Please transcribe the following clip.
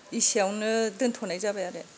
इसेयावनो दोन्थ'नाय जाबाय आरो